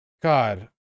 God